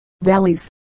valleys